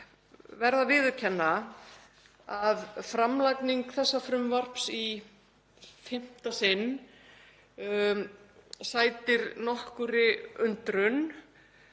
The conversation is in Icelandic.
verð að viðurkenna að framlagning þessa frumvarps í fimmta sinn sætir nokkurri undrun,